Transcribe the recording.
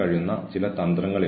തെറ്റായ പെരുമാറ്റം എത്ര മോശമാണ്